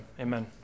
Amen